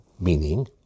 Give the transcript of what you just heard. Meaning